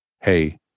hey